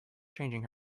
changing